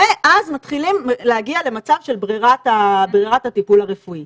ואז מתחילים להגיע למצב של ברירת הטיפול הרפואי.